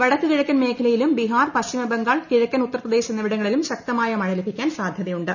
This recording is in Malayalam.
വടക്ക് കിഴക്കൻ മേഖലയിലും ബിഹാർ പശ്ചിമ ബംഗാൾ കിഴക്കൻ ഉത്തർപ്രദേശ് എന്നിവിടങ്ങളിലും ശക്തമായ മഴ ലഭിക്കാൻ സാധ്യതയുണ്ട്